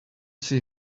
see